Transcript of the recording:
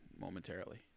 momentarily